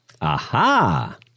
Aha